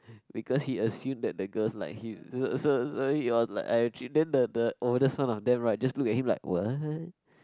because he assume that the girls like him so so so he was like I have three then the the oldest one right just look at him like what